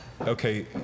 okay